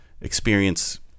experience